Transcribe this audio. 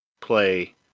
play